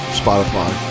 spotify